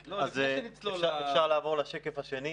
שכותרתו: מחסור צד הביקוש.) אפשר לעבור לשקף השני.